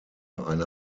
eine